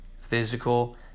Physical